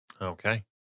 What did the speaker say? Okay